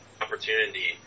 opportunity